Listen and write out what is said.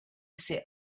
sit